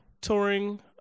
touring